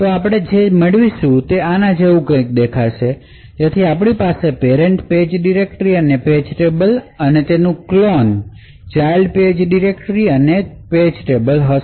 તો આપણે જે મેળવશું તે આના જેવું કંઈક દેખાશે જેથી આપણી પાસે પેરેંટ પેજ ડિરેક્ટરી અને પેજ ટેબલ અને તેનું ક્લોન ચાઇલ્ડ પેજ ડિરેક્ટરી અને પેજ ટેબલ હશે